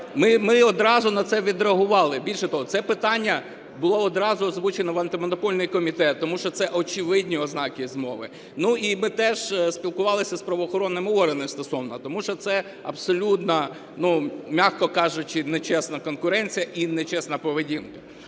ми одразу на це відреагували. Більше того, це питання було одразу озвучено в Антимонопольний комітет, тому що це очевидні ознаки змови. І ми теж спілкувались з правоохоронними органами стосовно, тому що це абсолютно, м'яко кажучи, нечесна конкуренція і нечесна поведінка.